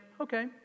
okay